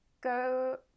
go